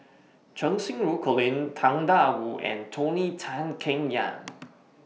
Cheng Xinru Colin Tang DA Wu and Tony Tan Keng Yam